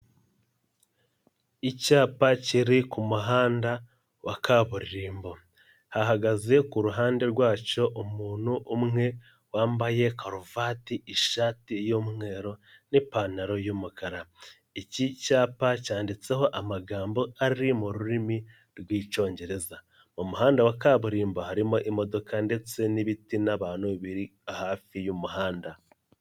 Icyapa kiri ku muhanda wa kaburimbo, hahagaze ku ruhande rwacyo umuntu umwe wambaye karuvati, ishati y'umweru n'ipantaro y'umukara, iki cyapa cyanditseho amagambo ari mu rurimi rw'Icyongereza, mu muhanda wa kaburimbo harimo imodoka ndetse n'ibiti n'abantu biri hafi y'umuhanda.